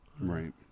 Right